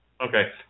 Okay